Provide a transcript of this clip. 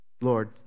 Lord